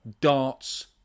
darts